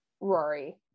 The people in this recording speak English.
Rory